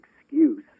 excuse